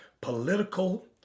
Political